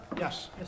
Yes